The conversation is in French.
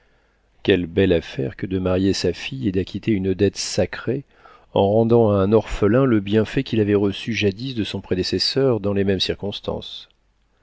quelle belle affaire que de marier sa fille et d'acquitter une dette sacrée en rendant à un orphelin le bienfait qu'il avait reçu jadis de son prédécesseur dans les mêmes circonstances